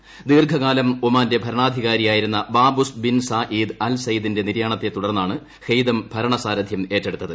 ് ദീർഘകാലം ഒമാന്റെ ഭരണാധികാരിയാ യിരുന്ന Qaboos bin Said al സെയ്ദിന്റെ നിര്യാണത്തെ തുടർന്നാണ് ഹെയ്തം ഭരണസാരഥ്യം ഏറ്റെടുത്തത്